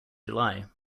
july